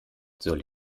soll